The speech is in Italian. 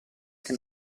che